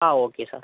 ആ okay sir